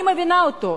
אני מבינה אותו.